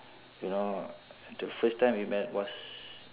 you know the first time we met was